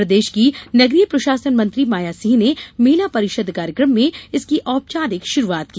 प्रदेश की नगरीय प्रशासन मंत्री माया सिह ने मेला परिषद कार्यकम में इसकी औपचारिक शुरूआत की